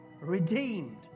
redeemed